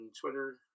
Twitter